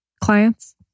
clients